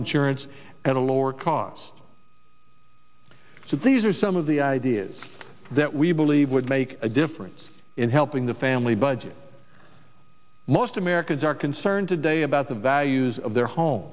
insurance at a lower cost so these are some of the ideas that we believe would make a difference in helping the family budget most americans are concerned today about the values of their home